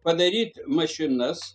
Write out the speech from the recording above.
padaryt mašinas